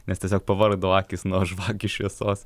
nes tiesiog pavargdavo akys nuo žvakių šviesos